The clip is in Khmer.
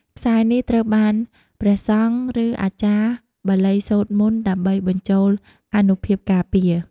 ខ្សែនេះត្រូវបានព្រះសង្ឃ ឬអាចារ្យបាលីសូត្រមន្តដើម្បីបញ្ចូលអានុភាពការពារ។